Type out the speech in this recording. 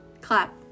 Clap